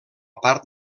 part